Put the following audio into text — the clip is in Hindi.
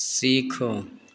सीखो